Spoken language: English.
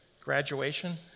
graduation